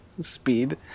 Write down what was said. speed